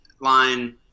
line